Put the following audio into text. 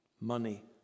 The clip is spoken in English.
money